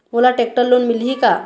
मोला tractor loan मिलही का?